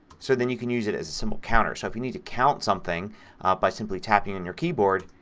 so then you can use it as a simple counter. so if you need to count something by simply tapping on your keyboard